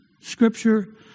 scripture